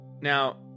Now